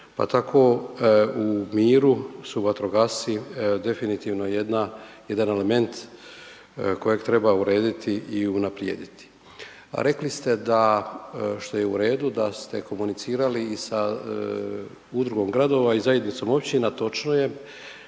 pa tako u miru su vatrogasci definitivno jedan element kojeg treba urediti i unaprijediti. Rekli ste da, što je u redu, da ste komunicirali i sa Udrugom gradova i zajednicom općina, točno je,